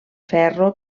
ferro